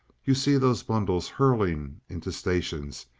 you see those bundles hurling into stations,